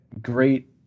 great